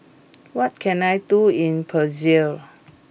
what can I do in Brazil